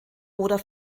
oder